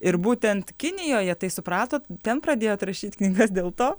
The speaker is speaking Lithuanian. ir būtent kinijoje tai supratot ten pradėjot rašyt knygas dėl to